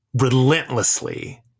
relentlessly